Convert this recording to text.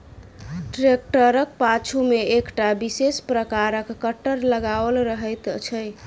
ट्रेक्टरक पाछू मे एकटा विशेष प्रकारक कटर लगाओल रहैत छै